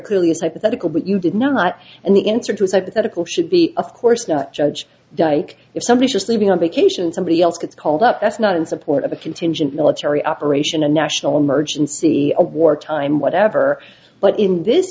clearly as i pathetically that you did not and the answer to a hypothetical should be of course not judge dyke if somebody just leaving on vacation somebody else gets called up that's not in support of a contingent military operation a national emergency a wartime whatever but in this